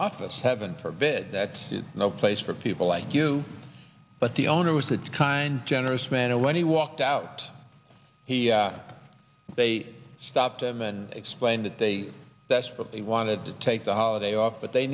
office heaven forbid that no place for people like you but the owner was a kind generous man and when he walked out they stopped him and explained that they desperately wanted to take the holiday off but they